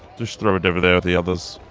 just throw it over there with the others.